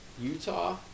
Utah